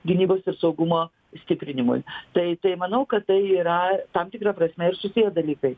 gynybos ir saugumo stiprinimui tai tai manau kad tai yra tam tikra prasme ir šitie dalykai